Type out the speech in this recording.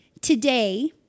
Today